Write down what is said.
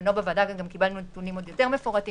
ובזמנו בוועדה גם קיבלנו עדכונים עוד יותר מפורטים